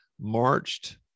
marched